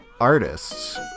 artists